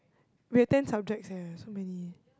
we have ten subjects eh so many